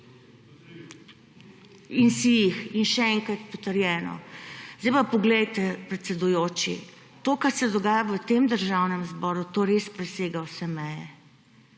Is si jih in še enkrat potrjeno. Zdaj pa poglejte, predsedujoči, to, kar se dogaja v tem Državnem zboru, to res presega vse meje.